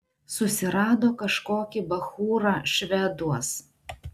susirado kažkokį bachūrą šveduos